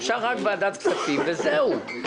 אפשר רק ועדת כספים וזהו.